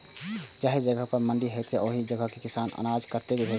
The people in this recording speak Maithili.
जाहि जगह पर मंडी हैते आ ओहि जगह के किसान अनाज कतय बेचते?